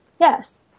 Yes